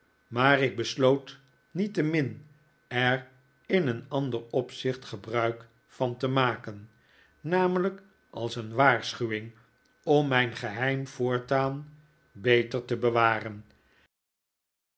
maar ik besloot niettemin er in een ander opzicht gebruik van te maken namelijk als een waarschuwing om mijn geheim voortaan beter te bewaren